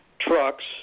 trucks